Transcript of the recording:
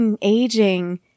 aging